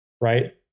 right